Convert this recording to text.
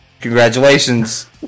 Congratulations